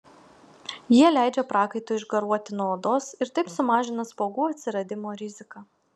jie leidžia prakaitui išgaruoti nuo odos ir taip sumažina spuogų atsiradimo riziką